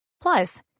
Plus